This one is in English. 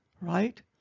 right